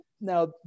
now